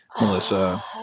Melissa